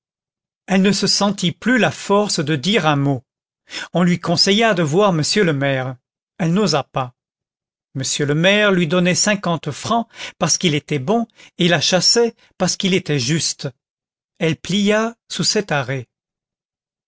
elle ne se sentit plus la force de dire un mot on lui conseilla de voir m le maire elle n'osa pas m le maire lui donnait cinquante francs parce qu'il était bon et la chassait parce qu'il était juste elle plia sous cet arrêt